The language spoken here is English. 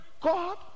God